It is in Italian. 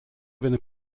venne